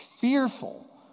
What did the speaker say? fearful